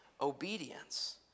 obedience